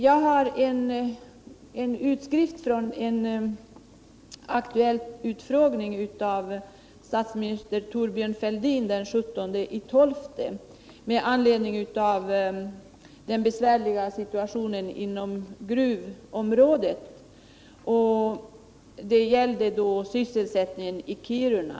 Jag har en utskrift från en aktuell utfrågning av statsminister Thorbjörn Fälldin den 17 december 1977 med anledning av den besvärliga situationen inom gruvområdet; det gällde sysselsättningen i Kiruna.